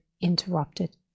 interrupted